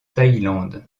thaïlande